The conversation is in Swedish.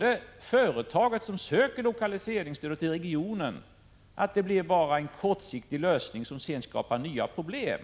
det företag i regionen som söker lokaliseringsstöd säga att detta stöd bara blir en kortsiktig lösning som sedan skapar nya problem.